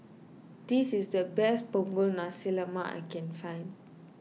this is the best Punggol Nasi Lemak I can find